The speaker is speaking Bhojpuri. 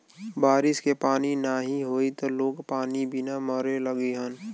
बारिश के पानी नाही होई त लोग पानी बिना मरे लगिहन